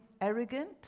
arrogant